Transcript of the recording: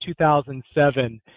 2007